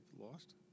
lost